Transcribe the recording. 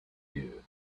you